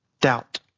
doubt